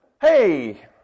Hey